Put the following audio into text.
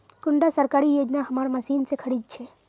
कुंडा सरकारी योजना हमार मशीन से खरीद छै?